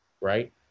right